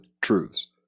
truths